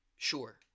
Sure